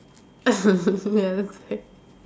ya that's why